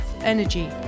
energy